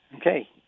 Okay